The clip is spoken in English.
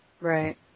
Right